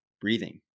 breathing